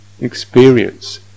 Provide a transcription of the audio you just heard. experience